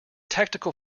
tactical